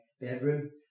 bedroom